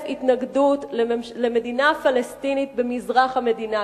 התנגדות למדינה פלסטינית במזרח המדינה.